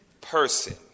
person